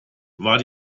wart